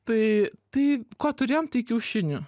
tai tai ko turėjom tai kiaušinių